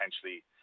potentially